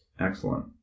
Excellent